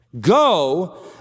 Go